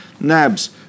NABs